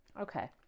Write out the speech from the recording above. okay